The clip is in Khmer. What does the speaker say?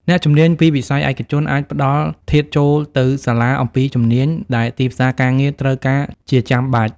អ្នកជំនាញពីវិស័យឯកជនអាចផ្តល់ធាតុចូលទៅសាលាអំពីជំនាញដែលទីផ្សារការងារត្រូវការជាចាំបាច់។